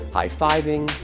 high-fiving,